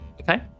Okay